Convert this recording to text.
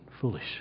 Foolish